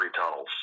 tunnels